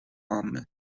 عامه